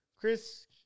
Chris